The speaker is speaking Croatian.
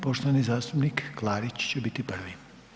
Poštovani zastupnik Klarić će biti prvi.